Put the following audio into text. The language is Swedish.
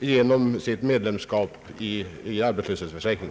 genom sitt medlemskap i dess arbetslöshetsförsäkring.